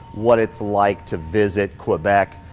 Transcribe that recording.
what it's like to visit quebec.